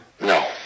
No